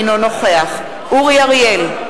אינו נוכח אורי אריאל,